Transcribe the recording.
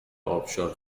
ابشار